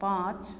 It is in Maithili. पाँच